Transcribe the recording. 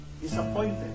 disappointed